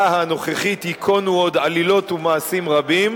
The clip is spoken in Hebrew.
הנוכחית ייכונו עוד עלילות ומעשים רבים,